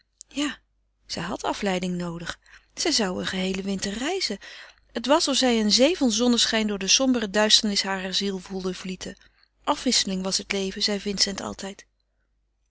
ja zij had afleiding noodig zij zou een geheelen winter reizen het was of zij een zee van zonneschijn door de sombere duisternis harer ziel voelde vlieten afwisseling was het leven zeide vincent altijd